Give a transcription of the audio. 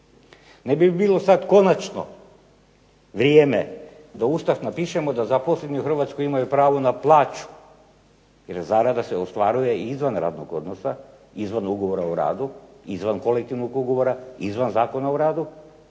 Ne bi li bilo sad konačno vrijeme da Ustav napišemo da zaposleni u Hrvatskoj imaju pravo na plaću jer zarada se ostvaruje i izvan radnog odnosa, izvan ugovora o radu, izvan kolektivnog ugovora, izvan Zakona o radu,